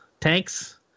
Tanks